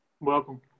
Welcome